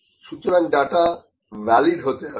সুতরাং data valid হতে হবে